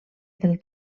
del